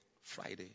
Friday